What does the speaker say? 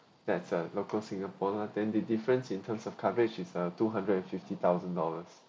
that's a local singapore lah then the difference in terms of coverage is uh two hundred and fifty thousand dollars